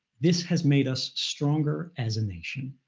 this has made us stronger as a nation.